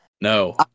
No